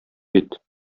бит